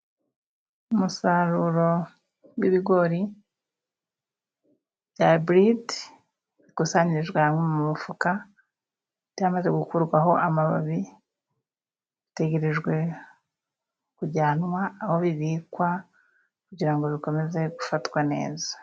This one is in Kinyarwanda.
Umusaruro wibigori bya iburide bikusanirijwe hamwe, mu mufuka byamaze gukurwaho amababi. Bitegerejwe kujyanwa aho bibikwa kugira ngo bikomeze gufatwa neza.